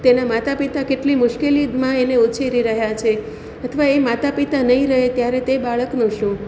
તેનાં માતા પિતા કેટલી મુશ્કેલીમાં એને ઉછેરી રહ્યાં છે અથવા એ માતા પિતા નહીં રહે ત્યારે તે બાળકનું શું